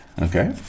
Okay